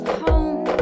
home